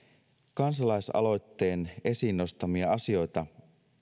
kansalaisaloitteen esiin nostamia asioita